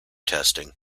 testing